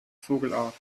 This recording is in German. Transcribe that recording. vogelart